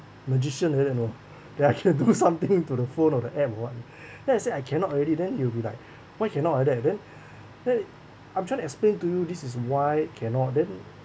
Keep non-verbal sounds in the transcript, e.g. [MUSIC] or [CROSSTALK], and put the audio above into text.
magician like that you know [BREATH] that I can do something to the phone or the app or what [BREATH] then I said I cannot already then he'll be like why cannot like that then [BREATH] !hey! I'm trying to explain to you this is why cannot then